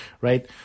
right